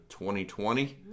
2020